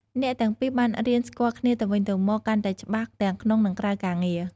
អ្នកទាំងពីរបានរៀនស្គាល់គ្នាទៅវិញទៅមកកាន់តែច្បាស់ទាំងក្នុង និងក្រៅការងារ។